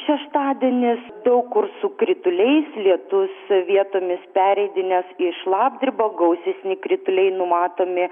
šeštadienis daug kur su krituliais lietus vietomis pereidinės į šlapdribą gausesni krituliai numatomi